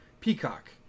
Peacock